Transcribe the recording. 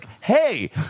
hey